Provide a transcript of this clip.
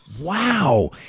Wow